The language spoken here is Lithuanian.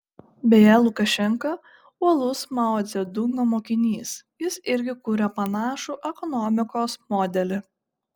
beje lukašenka uolus mao dzedungo mokinys jis irgi kuria panašų ekonomikos modelį